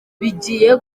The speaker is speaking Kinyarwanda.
bijyiye